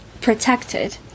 protected